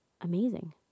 amazing